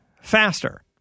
faster